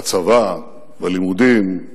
בצבא, בלימודים,